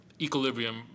equilibrium